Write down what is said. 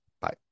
Bye